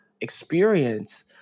experience